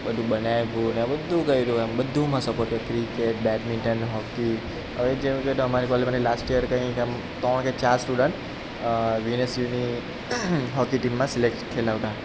બધું બનાવી આપ્યું ને બધું કર્યું એમ બધુમાં સપોટ ક્રિકેટ બેટમિન્ટન હોકકી હવે જેવું કહે તો અમારી કોલેજમાંથી લાસ્ટ ઇયર કંઈક એમ ત્રણ કે ચાર સ્ટુડન્ટ વીએસયુની હોકકી ટીમમાં સિલેકટ થયેલા હતા